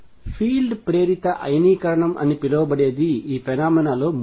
field ప్రేరిత అయనీకరణం అని పిలువబడేది ఈ ఫెనొమెనా లో మూడవది